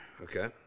Okay